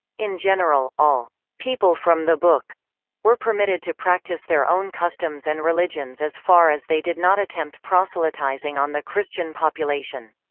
in general, all people from the book were permitted to practice their own customs and religions as far as they did not attempt proselytizing on the christian population.